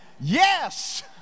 Yes